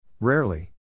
Rarely